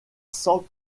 sans